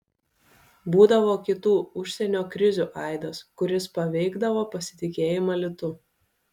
būdavo kitų užsienio krizių aidas kuris paveikdavo pasitikėjimą litu